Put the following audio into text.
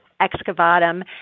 excavatum